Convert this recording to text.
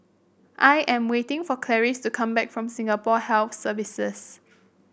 I am waiting for Clarice to come back from Singapore Health Services